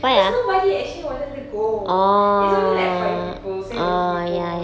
because nobody actually wanted to go it's only like five people seven people